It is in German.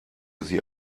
sie